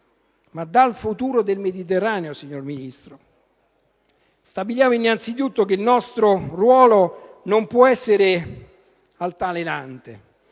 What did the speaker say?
ma dal futuro del Mediterraneo. Stabiliamo innanzitutto che il nostro ruolo non può essere altalenante: